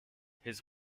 his